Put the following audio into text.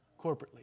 corporately